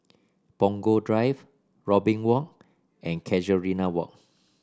Punggol Drive Robin Walk and Casuarina Walk